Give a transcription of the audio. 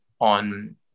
on